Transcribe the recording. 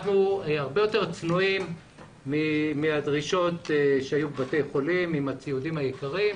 אנחנו הרבה יותר צנועים מהדרישות של בתי החולים עם הציודים היקרים.